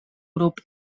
grup